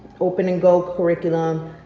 open and go curriculum.